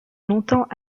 longtemps